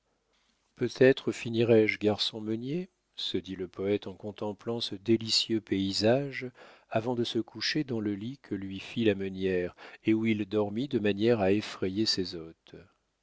peut-être finirai je garçon meunier se dit le poète en contemplant ce délicieux paysage avant de se coucher dans le lit que lui fit la meunière et où il dormit de manière à effrayer ses hôtes